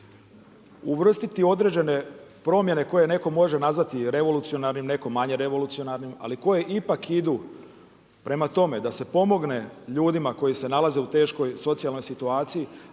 uvrstiti određene promjene koje netko može nazvati revolucionarnim, netko manje revolucionarnim ali koje ipak idu prema tome da se pomogne ljudima koji se nalaze u teškoj socijalnoj situaciji